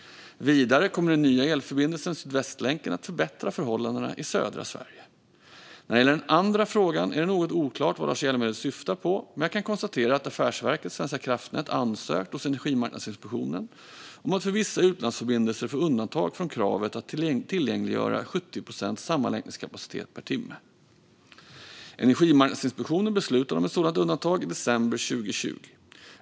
Vidare kommer den nya elförbindelsen Sydvästlänken att förbättra förhållandena i södra Sverige. När det gäller den andra frågan är det något oklart vad Lars Hjälmered syftar på, men jag kan konstatera att Affärsverket svenska kraftnät ansökt hos Energimarknadsinspektionen om att för vissa utlandsförbindelser få undantag från kravet att tillgängliggöra 70 procents sammanlänkningskapacitet per timme. Energimarknadsinspektionen beslutade om ett sådant undantag i december 2020.